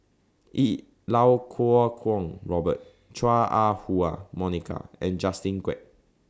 E Lau Kuo Kwong Robert Chua Ah Huwa Monica and Justin Quek